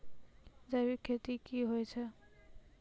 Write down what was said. जैविक खेती की होय छै?